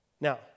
Now